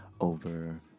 over